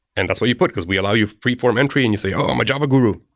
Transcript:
and that's what you put, because we allow you free form entry and you say, oh, i'm a java guru.